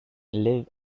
live